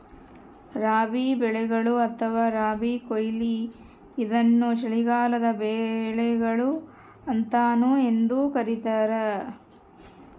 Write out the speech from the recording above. ರಬಿ ಬೆಳೆಗಳು ಅಥವಾ ರಬಿ ಕೊಯ್ಲು ಇದನ್ನು ಚಳಿಗಾಲದ ಬೆಳೆಗಳು ಅಂತಾನೂ ಎಂದೂ ಕರೀತಾರ